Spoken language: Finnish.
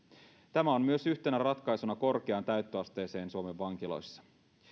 tämä on myös yhtenä ratkaisuna korkeaan täyttöasteeseen suomen vankiloissa